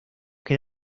que